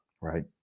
right